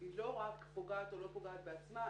היא לא רק פוגעת או לא פוגעת בעצמה,